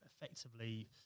effectively